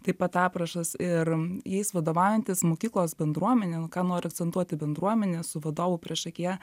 taip pat aprašas ir jais vadovaujantis mokyklos bendruomenė ką noriu akcentuoti bendruomene su vadovu priešakyje